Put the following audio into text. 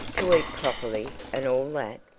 to eat properly and all that?